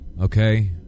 Okay